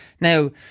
Now